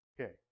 Okay